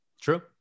True